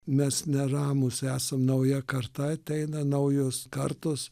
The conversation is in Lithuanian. mes neramūs esam nauja karta ateina naujos kartos